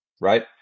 right